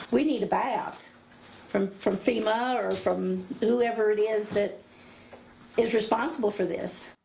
we need a buy out from from fema or from whoever it is that is responsible for this.